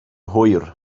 hwyr